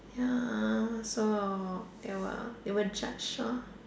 ya so they will they will judge ah